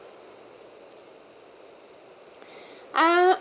uh